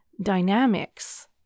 dynamics